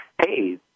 hey